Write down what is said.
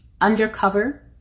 undercover